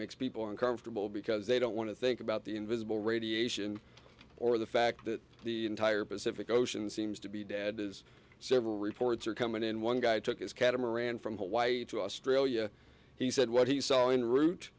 makes people uncomfortable because they don't want to think about the invisible radiation or the fact that the entire pacific ocean seems to be dead is several reports are coming in one guy took his catamaran from hawaii to australia he said what he saw in route